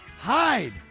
hide